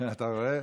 אתה רואה,